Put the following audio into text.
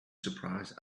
surprised